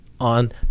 on